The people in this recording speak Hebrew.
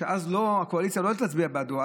בגלל שאז הקואליציה לא תצביע בעדו,